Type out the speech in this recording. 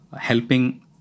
helping